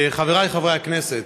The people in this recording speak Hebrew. חבריי חברי הכנסת,